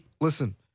Listen